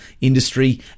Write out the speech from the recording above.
industry